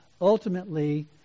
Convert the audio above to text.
Ultimately